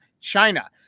China